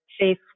safe